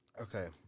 Okay